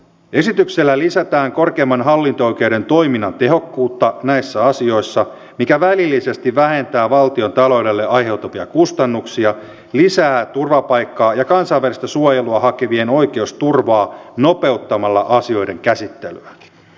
esityksellä lisätään korkeimman hallinto oikeuden toiminnan tehokkuutta näissä asioissa mikä välillisesti vähentää valtiontaloudelle aiheutuvia kustannuksia ja lisää turvapaikkaa ja kansainvälistä suojelua hakevien oikeusturvaa nopeuttamalla asioiden käsittelyä